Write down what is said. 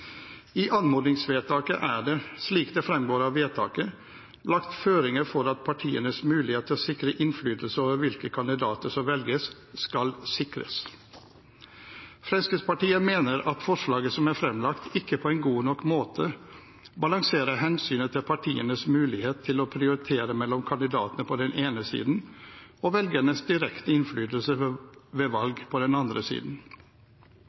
I anmodningsvedtaket er det, slik det fremgår av vedtaket, lagt føringer for at partienes mulighet til å sikre innflytelse over hvilke kandidater som velges, skal sikres. Fremskrittspartiet mener forslaget som er fremlagt, ikke på en god nok måte balanserer hensynet til partienes mulighet til å prioritere mellom kandidatene på den ene siden og velgernes direkte innflytelse ved valg på den andre siden.